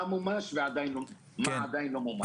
מה מומש ומה עדיין לא מומש.